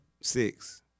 Six